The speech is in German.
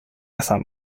messer